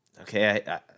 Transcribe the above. okay